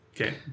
Okay